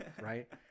right